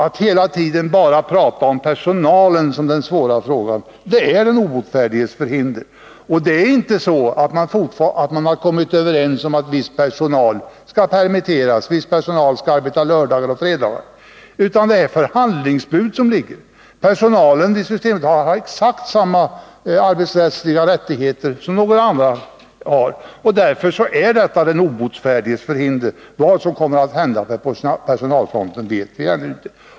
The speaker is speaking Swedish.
Att hela tiden prata om personalen som den svåra frågan är ett den obotfärdiges förhinder. Man har inte kommit överens om att viss personal skall permitteras, att viss personal skall arbeta fredagar och lördagar. Det är ett förhandlingsbud. Personalen vid Systembolaget har exakt samma arbetsrättsliga möjligheter som andra. Därför är detta ett den obotfärdiges förhinder. Vad som kommer att hända på personalfronten vet vi ännu inte.